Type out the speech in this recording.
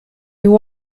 new